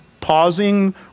pausing